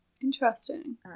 Interesting